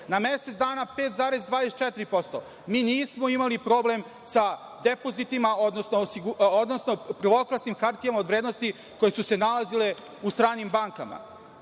na mesec dana 5,24%, mi nismo imali problem sa depozitima, odnosno prvoklasnim hartijama od vrednosti koje su se nalazile u stranim bankama,